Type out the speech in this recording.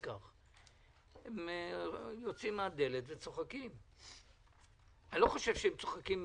הם יוצאים מהדלת וצוחקים, אני לא חושב שהם צוחקים